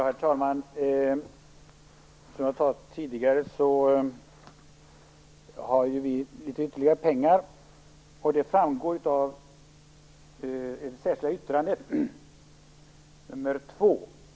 Herr talman! Som jag sade tidigare har vi avsatt ytterligare pengar, och hur vi vill använda dem framgår av det särskilda yttrandet nr 2.